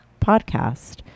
Podcast